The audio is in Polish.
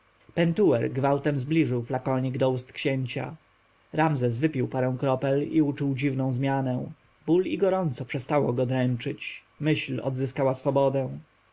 pentuer gwałtem zbliżył flakonik do ust księcia ramzes wypił parę kropel i uczuł dziwną zmianę ból i gorąco przestały go dręczyć myśl odzyskała swobodę